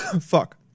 Fuck